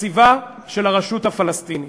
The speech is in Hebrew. מתקציבה של הרשות הפלסטינית.